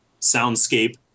soundscape